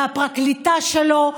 והפרקליטה שלו,